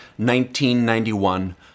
1991